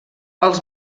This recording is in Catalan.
els